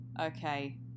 Okay